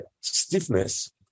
stiffness